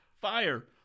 Fire